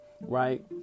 right